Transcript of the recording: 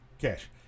cash